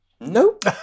Nope